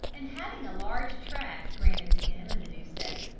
and having a large tract granted to him in the new state,